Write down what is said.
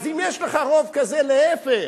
אז אם יש לך רוב כזה, להיפך,